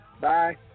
Bye